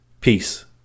Peace